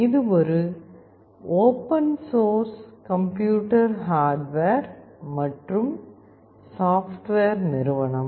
இது ஒரு open source computer hardware மற்றும் சாப்ட்வேர் நிறுவனம்